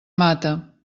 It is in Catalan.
mata